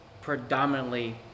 predominantly